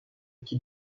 qui